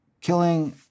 killing